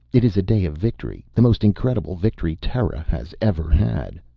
it is a day of victory. the most incredible victory terra has ever had.